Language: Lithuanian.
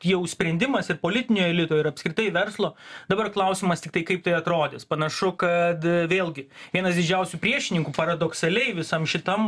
jau sprendimas ir politinio elito ir apskritai verslo dabar klausimas tiktai kaip tai atrodys panašu kad vėlgi vienas didžiausių priešininkų paradoksaliai visam šitam